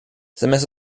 zamiast